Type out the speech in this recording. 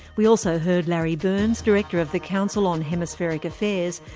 we also heard larry birns, director of the council on hemispheric affairs,